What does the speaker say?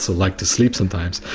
so like to sleep sometimes.